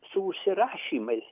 su užsirašymais